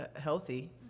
healthy